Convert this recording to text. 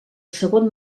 segon